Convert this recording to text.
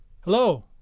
Hello